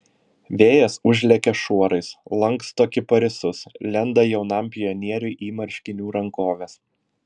vėjas užlekia šuorais lanksto kiparisus lenda jaunam pionieriui į marškinių rankoves